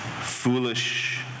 Foolish